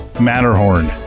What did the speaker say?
Matterhorn